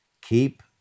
Keep